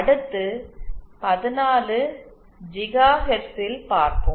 அடுத்து 14 ஜிகாஹெர்ட்ஸில் பார்ப்போம்